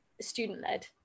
student-led